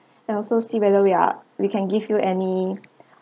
and also see whether we are we can give you any